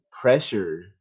pressure